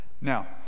Now